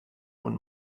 und